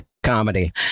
comedy